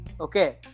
Okay